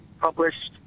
published